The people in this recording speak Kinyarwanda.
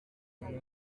gufata